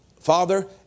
Father